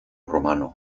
romano